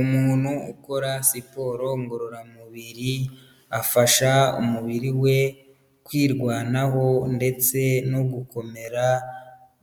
Umuntu ukora siporo ngororamubiri afasha umubiri we kwirwanaho ndetse no gukomera,